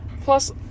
plus